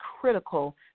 critical